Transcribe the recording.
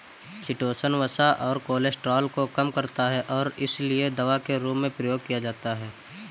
chitosan वसा और cholesterol को कम करता है और इसीलिए दवा के रूप में प्रयोग किया जाता है